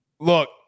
Look